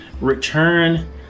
return